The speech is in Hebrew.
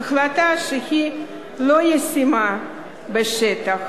החלטה שהיא לא ישימה בשטח,